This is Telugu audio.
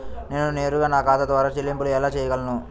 నేను నేరుగా నా ఖాతా ద్వారా చెల్లింపులు ఎలా చేయగలను?